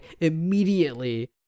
immediately